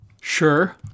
Sure